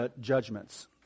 judgments